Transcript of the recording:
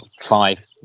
five